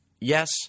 Yes